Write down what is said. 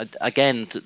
again